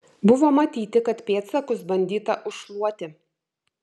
buvo matyti kad pėdsakus bandyta užšluoti